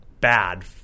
bad